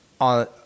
on